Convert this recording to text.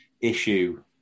issue